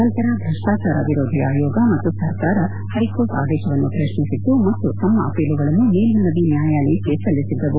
ನಂತರ ಭ್ರಷ್ಟಾಚಾರ ವಿರೋಧಿ ಆಯೋಗ ಮತ್ತು ಸರ್ಕಾರ ಹೈಕೋರ್ ಆದೇಶವನ್ನು ಪ್ರಶ್ನಿಸಿತ್ತು ಮತ್ತು ತಮ್ಮ ಅಪೀಲುಗಳನ್ನು ಮೇಲ್ವನವಿ ನ್ಯಾಯಾಲಯಕ್ಕೆ ಸಲ್ಲಿಸಿದ್ದವು